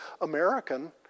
American